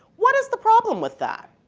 what is the problem with that?